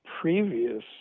previous